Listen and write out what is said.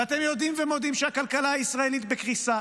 ואתם יודעים ומודים שהכלכלה הישראלית בקריסה,